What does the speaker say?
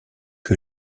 que